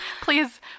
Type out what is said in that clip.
please